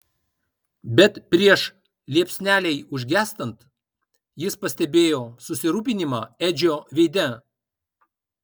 bet prieš liepsnelei užgęstant jis pastebėjo susirūpinimą edžio veide